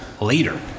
later